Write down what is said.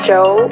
Joe